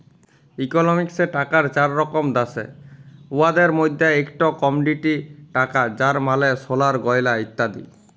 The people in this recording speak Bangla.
ইকলমিক্সে টাকার চার রকম দ্যাশে, উয়াদের মইধ্যে ইকট কমডিটি টাকা যার মালে সলার গয়লা ইত্যাদি